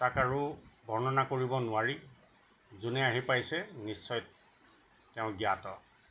তাক আৰু বৰ্ণনা কৰিব নোৱাৰি যোনে আহি পাইছে নিশ্চয় তেওঁ জ্ঞাত